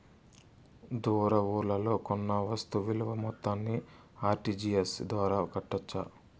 దూర ఊర్లలో కొన్న వస్తు విలువ మొత్తాన్ని ఆర్.టి.జి.ఎస్ ద్వారా కట్టొచ్చా?